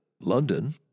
London